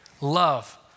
love